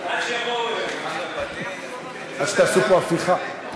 עד שיבואו, עד שתעשו פה הפיכה,